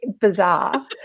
bizarre